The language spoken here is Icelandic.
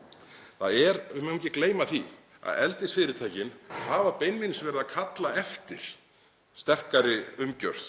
hætti. Við megum ekki gleyma því að eldisfyrirtækin hafa beinlínis verið að kalla eftir sterkari umgjörð.